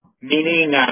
meaning